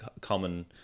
common